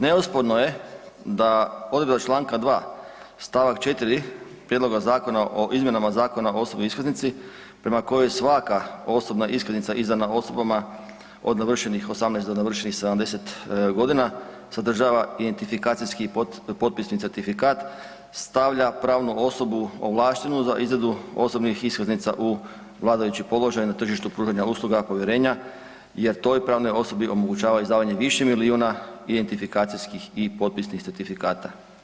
Neosporno je da odredba čl. 2. st. 4. prijedloga Zakona o izmjenama Zakona o osobnoj iskaznici prema kojoj svaka osobna iskaznica izdana osobama od navršenih 18. do navršenih 70.g. sadržava identifikacijski i potpisni certifikat, stavlja pravnu osobu ovlaštenu za izradu osobnih iskaznica u vladajući položaj na tržištu pružanja povjerenja jer toj pravnoj osobi omogućava izdavanje više milijuna identifikacijskih i potpisnih certifikata.